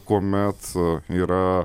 kuomet yra